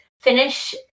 finish